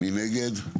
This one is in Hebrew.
מי נגד?